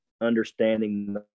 understanding